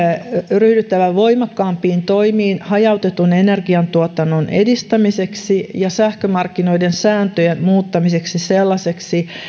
ryhdyttävä voimakkaampiin toimiin hajautetun energiantuotannon edistämiseksi ja sähkömarkkinoiden sääntöjen muuttamiseksi sellaisiksi